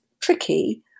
tricky